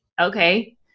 okay